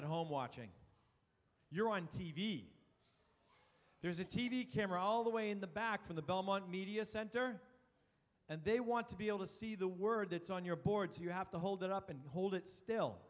at home watching your on t v there's a t v camera all the way in the back from the belmont media center and they want to be able to see the word that's on your board so you have to hold it up and hold it still